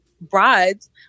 brides